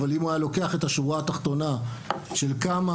אבל אם הוא היה לוקח את השורה התחתונה של כמה